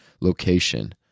Location